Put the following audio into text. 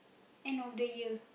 end of the year